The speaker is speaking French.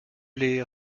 les